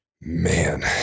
man